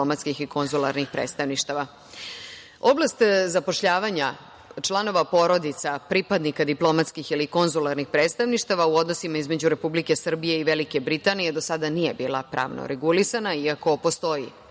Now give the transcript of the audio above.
i konzularnih predstavništava. Oblast zapošljavanja članova porodica, pripadnika diplomatskih ili konzularnih predstavništava u odnosima između Republike Srbije i Velike Britanije do sada nije bila pravno regulisana iako postoji